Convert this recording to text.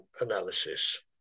analysis